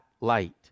light